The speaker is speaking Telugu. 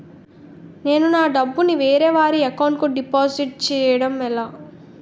నేను నా డబ్బు ని వేరే వారి అకౌంట్ కు డిపాజిట్చే యడం ఎలా?